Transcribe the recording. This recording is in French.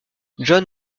john